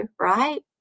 right